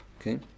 okay